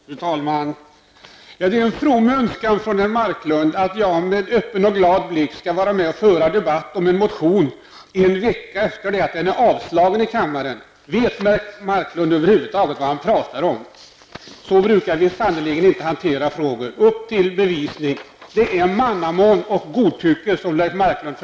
Fru talman! Det är en from önskan från Leif Marklund att jag med öppen och glad blick skall vara med och föra debatt om en motion en vecka efter det att den har avslagits i kammaren. Vet Leif Marklund över huvud taget vad han pratar om? Så här brukar vi sannerligen inte hantera frågor. Upp till bevis. Det är mannamål och godtycke som Leif